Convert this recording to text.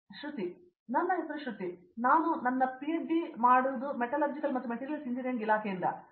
ಶೃತಿ ನನ್ನ ಹೆಸರು ಶ್ರುತಿ ನಾನು ನನ್ನ ಪಿಎಚ್ಡಿ ಮಾಡುವ ಮೆಟಲರ್ಜಿಕಲ್ ಮತ್ತು ಮೆಟೀರಿಯಲ್ಸ್ ಎಂಜಿನಿಯರಿಂಗ್ ಇಲಾಖೆಯಿಂದ ಮಾಡಿದ್ದೇನೆ